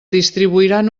distribuiran